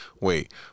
Wait